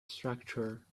structure